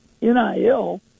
NIL